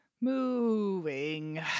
moving